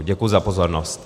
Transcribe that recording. Děkuji za pozornost.